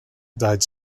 died